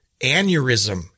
aneurysm